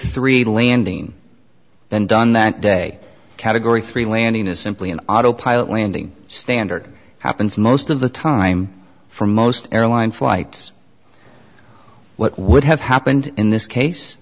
three landing been done that day category three landing is simply an autopilot landing standard happens most of the time for most airline flights what would have happened in this case